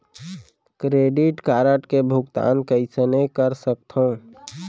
Credit card के भुगतान कईसने कर सकथो?